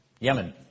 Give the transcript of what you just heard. Yemen